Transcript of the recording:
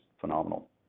phenomenal